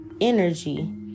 energy